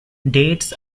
dates